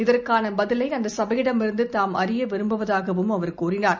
இதற்கான பதிலை அந்த சபையிடமிருந்து தாம் அறிய விரும்புவதாகவும் அவர் கூறினார்